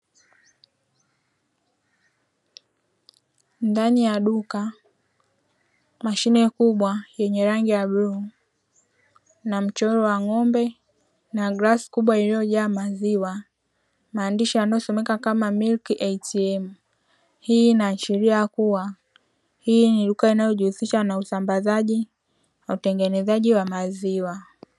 Ndani ya duka mashine kubwa yenye rangi ya bluu kuna mchoro wa ng’ombe na glasi kubwa iliyojaa maziwa, maandishi yanayosomeka kama milki “ATM”, hii inaashiria kuwa hili ni duka linalojihisisha na usambazaji na utengenezaji wa maziwa.